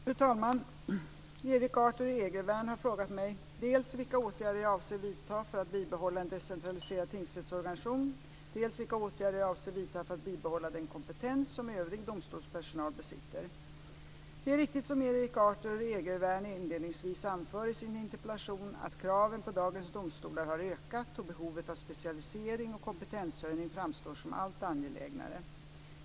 Fru talman! Erik Arthur Egervärn har frågat mig dels vilka åtgärder jag avser vidta för att bibehålla en decentraliserad tingsrättsorganisation, dels vilka åtgärder jag avser vidta för att bibehålla den kompetens som övrig domstolspersonal besitter. Det är riktigt som Erik Arthur Egervärn inledningsvis anför i sin interpellation att kraven på dagens domstolar har ökat och behovet av specialisering och kompetenshöjning framstår som allt angelägnare.